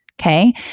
Okay